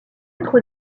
être